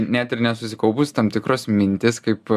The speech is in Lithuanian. net ir ne susikaupus tam tikros mintys kaip